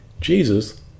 Jesus